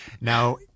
Now